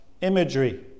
imagery